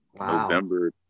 November